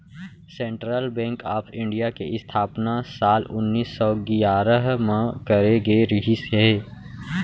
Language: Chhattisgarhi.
सेंटरल बेंक ऑफ इंडिया के इस्थापना साल उन्नीस सौ गियारह म करे गे रिहिस हे